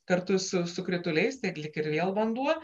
kartu su su krituliais tai lyg ir vėl vanduo